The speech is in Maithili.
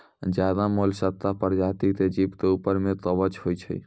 ज्यादे मोलसका परजाती के जीव के ऊपर में कवच होय छै